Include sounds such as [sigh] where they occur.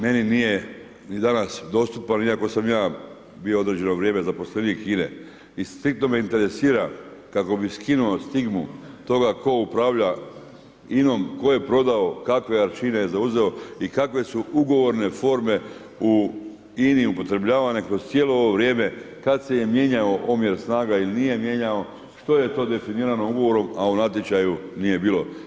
Meni nije ni danas dostupan iako sam ja bio određeno vrijeme zaposlenik INA-a i striktno me interesira kako bi skinuo stigmu toga tko upravlja INA-om, tko je prodao kakve ... [unintelligible] je zauzeo i kave su ugovorne forme u INA-i upotrebljavane kroz cijelo ovo vrijeme kad se je mijenjao omjer snaga ili nije mijenjao, što je to definirano ugovorom, a u natječaju nije bilo.